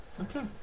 Okay